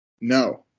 No